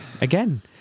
Again